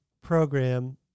program